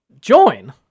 join